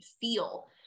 feel